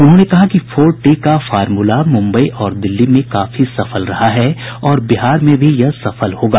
उन्होंने कहा कि फोर टी का फॉर्मुला मुम्बई और दिल्ली में काफी सफल रहा है और बिहार में भी यह सफल होगा